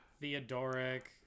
Theodoric